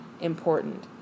important